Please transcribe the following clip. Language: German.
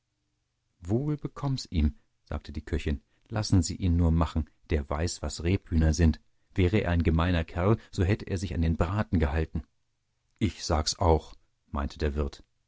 wohl bekomm es ihm sagte die köchin lassen sie ihn nur machen der weiß was rebhühner sind wär er ein gemeiner kerl so hätte er sich an den braten gehalten ich sag's auch meinte der wirt